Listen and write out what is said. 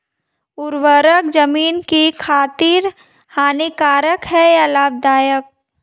उर्वरक ज़मीन की खातिर हानिकारक है या लाभदायक है?